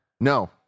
No